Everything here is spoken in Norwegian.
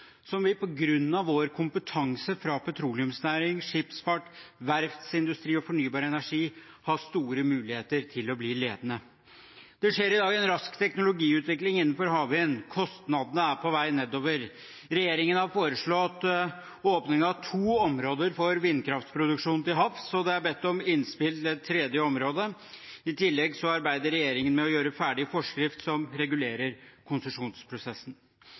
som vi på grunn av vår kompetanse fra petroleumsnæring, skipsfart, verftsindustri og fornybar energi har store muligheter til å bli ledende. Det skjer i dag en rask teknologiutvikling innenfor havvind. Kostnadene er på vei nedover. Regjeringen har foreslått åpning av to områder for vindkraftproduksjon til havs, og det er bedt om innspill til et tredje område. I tillegg arbeider regjeringen med å gjøre ferdig forskrift som regulerer konsesjonsprosessen.